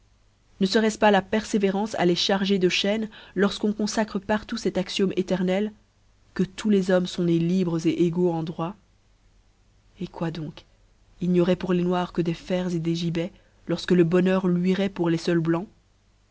ne feroitce pas la perfévéranee à les charger de chaînes lorfqu'on confacre par tout cet axiome éternel que tous les hommes font nés libres en droits eh quoi donc il n'y auroit pour les noirs que des fers des gibets lorsque le bonheur luiroit pour les feuls blancs